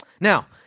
Now